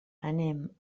anem